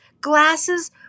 glasses